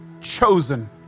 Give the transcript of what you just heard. chosen